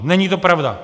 Není to pravda!